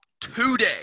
today